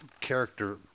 character